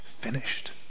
finished